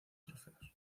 trofeos